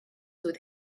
with